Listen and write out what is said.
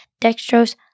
dextrose